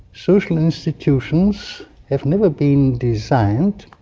social institutions have never been designed,